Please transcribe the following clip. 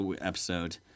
episode